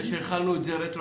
זה שהחלנו את זה רטרואקטיבית,